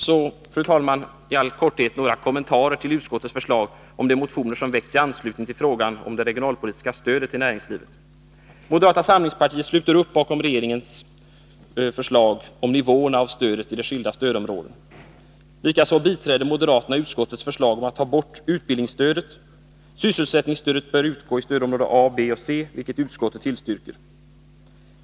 Så, fru talman, i all korthet några kommentarer till utskottets förslag och de motioner som väckts i anslutning till frågan om det regionalpolitiska stödet till näringslivet. Moderata samlingspartiet sluter upp bakom regeringens förslag om nivåerna av stödet i de skilda stödområdena. Likaså biträder moderaterna utskottets förslag om att ta bort utbildningsstödet. Sysselsättningsstödet bör utgå i stödområde A, B och C, vilket utskottet tillstyrker.